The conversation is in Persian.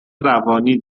روانی